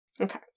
Okay